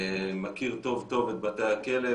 מכיר טוב טוב את בתי הכלא,